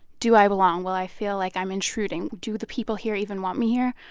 do i belong? will i feel like i'm intruding? do the people here even want me here?